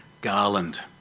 Garland